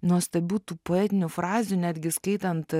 nuostabių tų poetinių frazių netgi skaitant